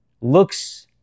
looks